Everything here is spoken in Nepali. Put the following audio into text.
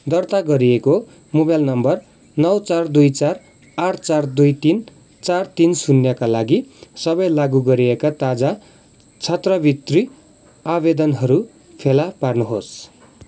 दर्ता गरिएको मोबाइल नम्बर नौ चार दुई चार आठ चार दुई तिन चार तिन शून्यका लागि सबै लागु गरिएका ताजा छात्रवृत्ति आवेदनहरू फेला पार्नुहोस्